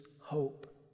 hope